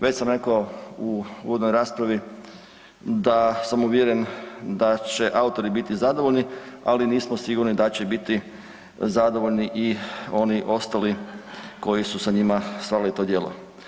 Već sam rekao u uvodnoj raspravi da sam uvjeren da će autori biti zadovoljni, ali nismo sigurni da će biti zadovoljni i oni ostali koji su sa njima stvarali to djelo.